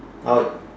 I will